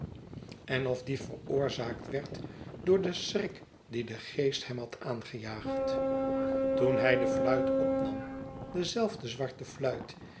en of die veroorzaakt werd door den schrik dien de geest hem had aangejaagd toen hij de fluit opnam dezelfde zwarte fluit